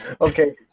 Okay